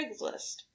Craigslist